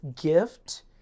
gift